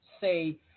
say